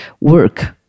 work